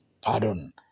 pardon